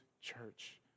church